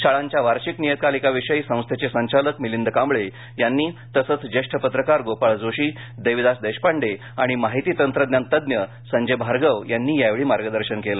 शाळांच्या वार्षिक नियतकालिकाविषयी संस्थेचे संचालक मिलिंद कांबळे यांनी तसच ज्येष्ठ पत्रकार गोपाळ जोशी देविदास देशपांडे आणि माहिती तंत्रज्ञान तज्ञ संजय भार्गव यांनी यावेळी मार्गदर्शन केलं